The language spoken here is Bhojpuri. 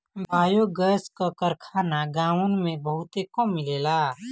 बायोगैस क कारखाना गांवन में बहुते कम मिलेला